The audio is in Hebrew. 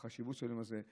על החשיבות של היום הזה,